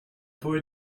for